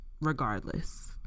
regardless